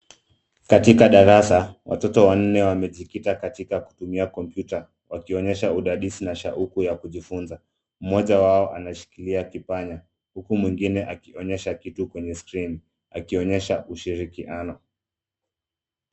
Katika darasa watoto wanne wamejikita katika kutumia kompyuta wakionyesha udadisi na shauku ya kujifunza. Mmoja wao anashikilia kipanya huku mwingine akionyesha kitu kwenye skrini akionyesha ushirikiana.